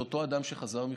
של אותו אדם שחזר מחו"ל,